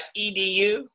.edu